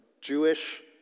Jewish